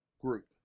group